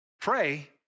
Pray